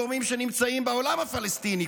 לצד גורמים שנמצאים בעולם הפלסטיני,